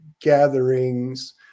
gatherings